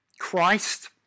Christ